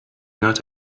not